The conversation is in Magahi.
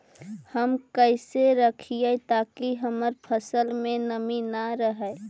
हम कैसे रखिये ताकी हमर फ़सल में नमी न रहै?